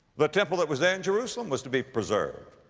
the temple that was there in jerusalem was to be preserved.